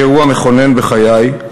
היא אירוע מכונן בחיי,